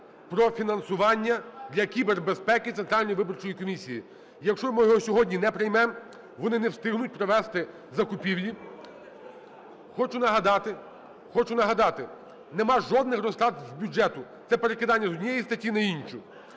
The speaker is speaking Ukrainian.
про фінансування для кібербезпеки Центральної виборчої комісії. Якщо ми його сьогодні не приймемо, вони не встигнуть провести закупівлі. Хочу нагадати, хочу нагадати: нема жодних розтрат з бюджету, це перекидання з однієї статті на іншу.